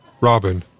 Robin